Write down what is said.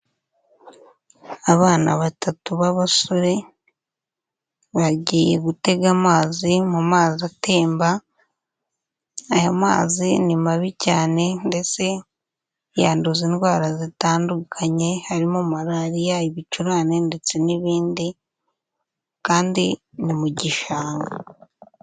Abana batatu b'abasore, bagiye gutega amazi mu mazi atemba, aya mazi ni mabi cyane ndetse yanduza indwara zitandukanye harimo malariya, ibicurane ndetse n'ibindi, kandi ni mu gishanga.